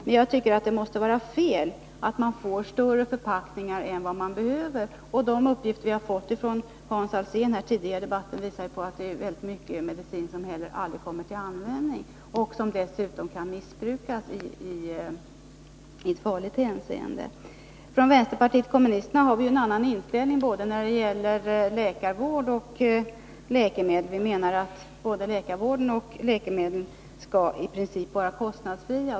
Men jag tycker att det måste vara fel att man får större förpackningar än vad man behöver. De uppgifter som vi tidigare här i debatten har fått från Hans Alsén tyder på att det är mycket medicin som aldrig kommer till användning men som å andra sidan kan missbrukas på ett farligt sätt. Inom vpk har vi en annan inställning när det gäller både läkarvård och läkemedel. Vi menar att både läkarvård och läkemedel i princip skall vara kostnadsfria.